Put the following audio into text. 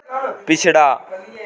पिछड़ा